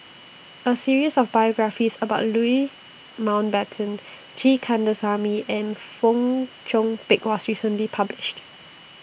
A series of biographies about Louis Mountbatten G Kandasamy and Fong Chong Pik was recently published